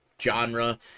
genre